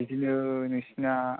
बिदिनो नोंसिना